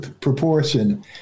proportion